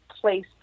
place